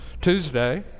Tuesday